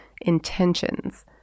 intentions